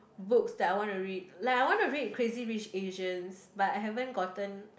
books that I want to read like I want to read Crazy-Rich-Asians but I haven't gotten